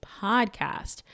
podcast